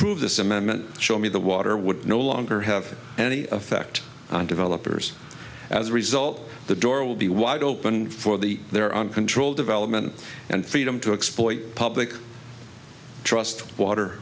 approve this amendment show me the water would no longer have any effect on developers as a result the door will be wide open for the their uncontrolled development and freedom to exploit public trust water